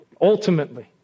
Ultimately